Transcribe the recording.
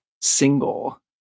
single